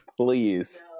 please